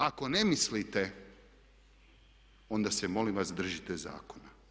Ako ne mislite onda se molim vas držite zakona.